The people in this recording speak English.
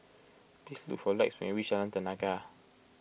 please look for Lex when you reach Jalan Tenaga